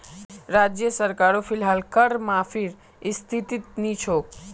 राज्य सरकारो फिलहाल कर माफीर स्थितित नी छोक